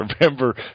remember